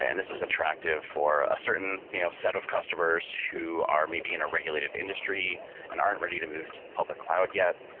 and this is attractive for a certain you know set of customers who are maybe in a regulated industry and aren't ready to move to the public cloud yet.